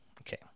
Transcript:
okay